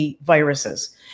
viruses